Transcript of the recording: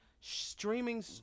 streaming